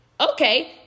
Okay